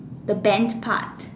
the bent part